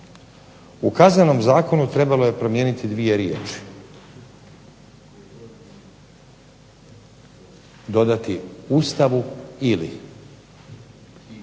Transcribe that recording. U Kaznenom zakonu trebalo je promijeniti dvije riječi, dodati Ustavu ili,